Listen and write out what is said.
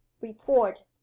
Report